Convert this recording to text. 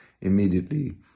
immediately